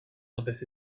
olympics